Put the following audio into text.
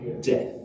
death